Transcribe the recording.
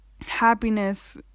happiness